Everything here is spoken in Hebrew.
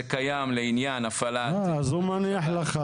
זה קיים לעניין הפעלת --- אז הוא מניח לך,